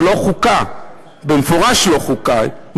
זה לא חוקה, במפורש לא חוקה.